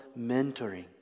mentoring